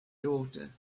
daughter